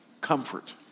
comfort